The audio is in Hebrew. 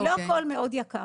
לא הכול מאוד יקר.